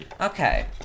Okay